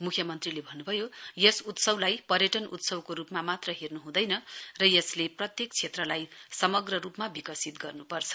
मुख्यमन्त्रीले भन्नुभयो यस उत्सवलाई पर्यटन उत्सवको रूपमा मात्र हेर्नु हँदैन र यसले प्रत्येक क्षेत्रलाई समग्र रूपमा विकसित गर्नुपर्छ